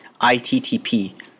ITTP